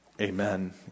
Amen